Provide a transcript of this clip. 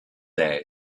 days